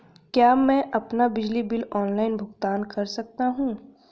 क्या मैं अपना बिजली बिल ऑनलाइन भुगतान कर सकता हूँ?